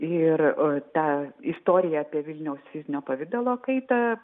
ir ta istorija apie vilniaus fizinio pavidalo kaitą